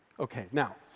okay, now,